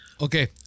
Okay